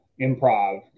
improv